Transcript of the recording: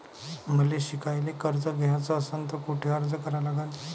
मले शिकायले कर्ज घ्याच असन तर कुठ अर्ज करा लागन?